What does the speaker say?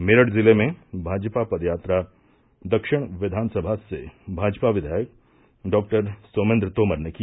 मेरठ जिले में भाजपा पदयात्रा दक्षिण विधानसभा से भाजपा विधायक डॉ सोमेंद्र तोमर ने किया